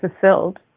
fulfilled